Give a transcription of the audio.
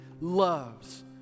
loves